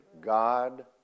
God